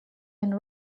and